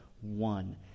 one